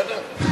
זה בסדר?